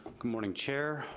good morning, chair,